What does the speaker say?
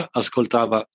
ascoltava